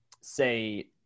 say